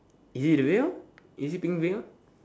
is it the veil is it pink veil